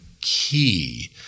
key